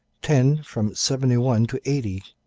ten from seventy-one to eighty,